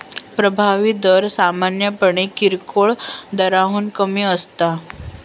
प्रभावी दर सामान्यपणे किरकोळ दराहून कमी असता